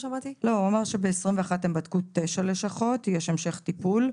נמסר לי שב-2021 נבדקו תשע לשכות ויש המשך טיפול.